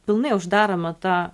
pilnai uždaroma tą